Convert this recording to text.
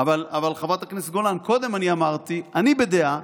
אבל חברת הכנסת גולן, קודם אני אמרתי שאני בדעה